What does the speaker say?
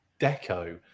deco